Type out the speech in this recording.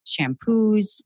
shampoos